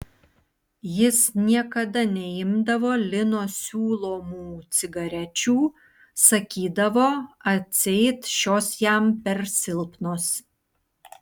jis niekada neimdavo lino siūlomų cigarečių sakydavo atseit šios jam per silpnos